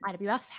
IWF